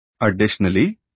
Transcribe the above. Additionally